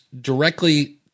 directly